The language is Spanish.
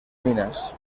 minas